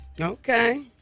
Okay